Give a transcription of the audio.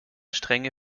strenge